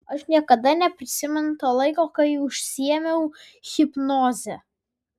aš niekada neprisimenu to laiko kai užsiėmiau hipnoze